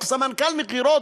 או סמנכ"ל מכירות,